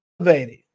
elevated